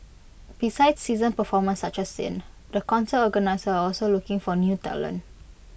besides seasoned performers such as sin the concert organisers are also looking for new talent